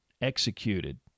executed